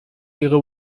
ihre